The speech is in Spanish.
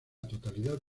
totalidad